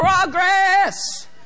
progress